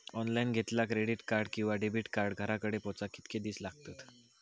Online घेतला credit card किंवा debit card घराकडे पोचाक कितके दिस लागतत?